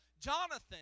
Jonathan